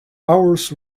hours